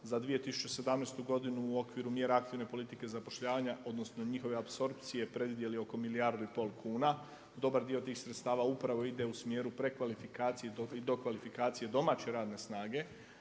za 2017. godinu u okviru mjere aktivne politike zapošljavanja odnosno njihove apsorpcije predvidjeli oko milijardu i pol kuna. Dobar dio tih sredstava upravo ide u smjeru prekvalifikacije i dokvalifikacije domaće radne snage,